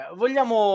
vogliamo